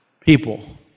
people